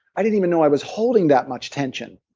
i didn't even know i was holding that much tension.